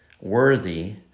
worthy